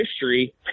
history